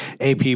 AP